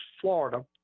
Florida